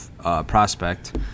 prospect